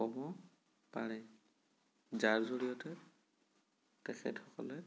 ক'ব পাৰে যাৰ জৰিয়তে তেখেতসকলে